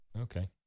Okay